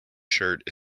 shirt